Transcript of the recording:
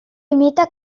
imita